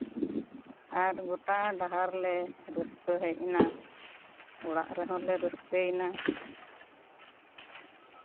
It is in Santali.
ᱟᱨ ᱜᱚᱴᱟ ᱰᱟᱦᱟᱨ ᱞᱮ ᱨᱟᱹᱥᱠᱟᱹ ᱦᱮᱡ ᱮᱱᱟ ᱚᱲᱟᱜ ᱨᱮᱦᱚᱸ ᱞᱮ ᱨᱟᱹᱥᱠᱟᱹᱭᱮᱱᱟ